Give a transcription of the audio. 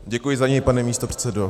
Děkuji za něj, pane místopředsedo.